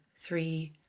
three